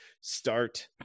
start